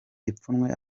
ipfunwe